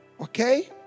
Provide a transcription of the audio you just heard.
Okay